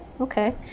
okay